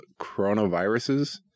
coronaviruses